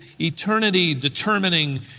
eternity-determining